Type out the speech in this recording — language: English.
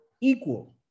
equal